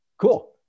cool